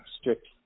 strict